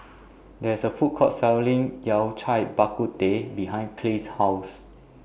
There IS A Food Court Selling Yao Cai Bak Kut Teh behind Clay's House